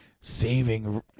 saving